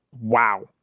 wow